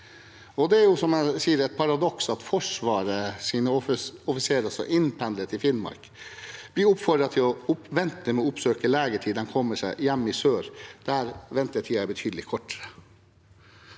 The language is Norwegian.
jeg sier, et paradoks at Forsvarets offiserer som skal pendle til Finnmark, blir oppfordret til å vente med å oppsøke lege til de kommer seg hjem i sør, der ventetiden er betydelig kortere.